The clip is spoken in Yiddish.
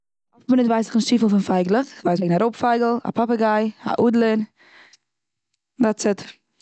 אויפן מינוט ווייס איך נישט פון צופיל פייגלעך, כ'ווייס פון א רויב פייגל, פאפוגיי, א אדלער. דעטס איט.